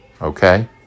Okay